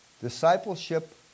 Discipleship